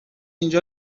اینجا